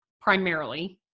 primarily